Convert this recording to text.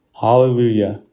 Hallelujah